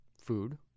food